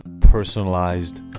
personalized